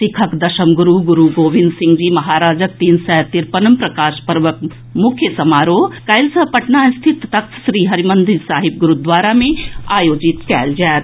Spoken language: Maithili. सिखक दशम गुरू गुरू गोविंद सिंह जी महाराजक तीन सय तिरपनम प्रकाश पर्वक मुख्य समारोह काल्हि सँ पटना सिटी स्थित तख्त श्री हरिमंदिर साहिब गुरूद्वारा मे आयोजित कयल जायत